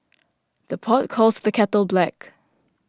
the pot calls the kettle black